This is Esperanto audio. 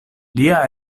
lia